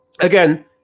again